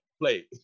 play